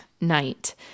night